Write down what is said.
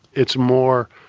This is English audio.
it's more